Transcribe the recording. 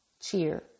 cheer